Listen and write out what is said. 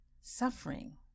suffering